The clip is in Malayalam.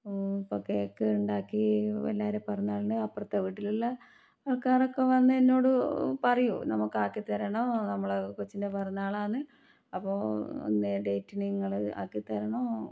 ഇപ്പം കേക്ക് ഉണ്ടാക്കി എല്ലാവരെ പിറന്നാളിന് അപ്പുറത്തെ വീട്ടിലുള്ള ആൾക്കാരൊക്കെ വന്ന് എന്നോട് പറയും നമുക്കാക്കിത്തരണം നമ്മളെ കൊച്ചിൻ്റെ പിറന്നാളാന്ന് അപ്പോൾ ഇന്ന ഡേറ്റിന് നിങ്ങൾ ആക്കിത്തരണം